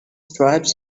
stripes